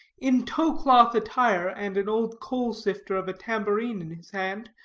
in tow-cloth attire and an old coal-sifter of a tamborine in his hand,